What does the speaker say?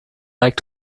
like